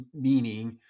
meaning